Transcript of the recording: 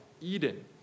Eden